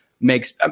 makes